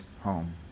home